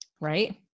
Right